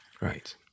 Right